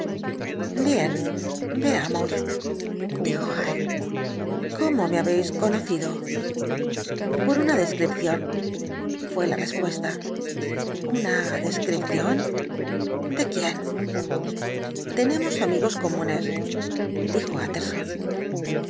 bien veamos dijo hyde cómo me habéis conocido por una descripción fué la repuesta una descripción de quién tenemos amigos comunes